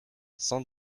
sans